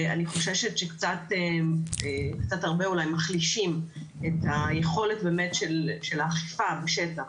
ואני חוששת שקצת הרבה אולי מחלישים את היכולת באמת של האכיפה בשטח.